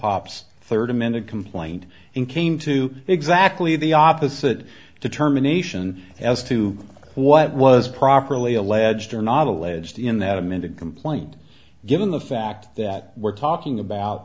hop's third amended complaint and came to exactly the opposite determination as to what was properly alleged or not alleged in that amended complaint given the fact that we're talking about